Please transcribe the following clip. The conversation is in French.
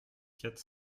quatre